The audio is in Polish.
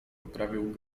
poprawił